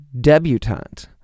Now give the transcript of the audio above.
debutante